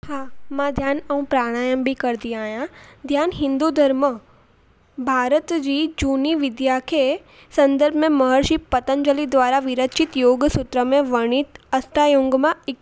हा मां ध्यानु ऐं प्राणायाम बि कंदी आहियां ध्यानु हिंदू धर्म भारत जी झूनी विद्या खे संदर्भ में महर्षि पतंजली द्वारा विरचित योगु सूत्र में वर्णित अस्थायंग मां हिकु आहे